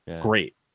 great